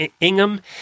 Ingham